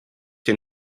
den